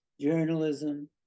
journalism